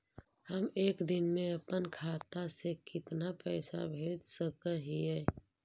हम एक दिन में अपन खाता से कितना पैसा भेज सक हिय?